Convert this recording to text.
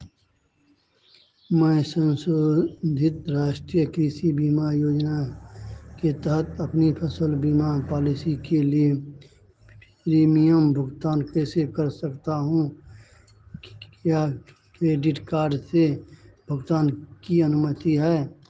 मैं संशोधित राष्ट्रीय कृषि बीमा योजना के तहत अपनी फसल बीमा पॉलिसी के लिए प्रीमियम भुगतान कैसे कर सकता हूँ क्या क्रेडिट कार्ड से भुगतान की अनुमति है